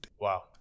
Wow